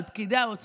על פקידי האוצר,